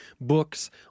books